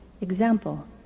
Example